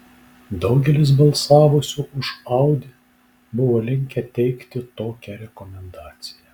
daugelis balsavusių už audi buvo linkę teikti tokią rekomendaciją